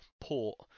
port